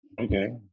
Okay